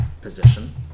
Position